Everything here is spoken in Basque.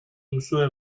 duzue